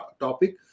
topic